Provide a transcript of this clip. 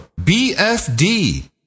BFD